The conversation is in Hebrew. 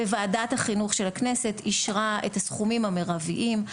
וועדת החינוך של הכנסת אישרה את הסכומים המרביים.